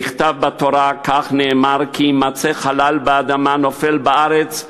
נכתב בתורה: "כי ימָצֵא חלל באדמה" נופל בארץ,